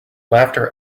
laughter